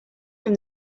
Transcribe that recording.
from